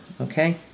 okay